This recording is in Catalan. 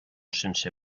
sense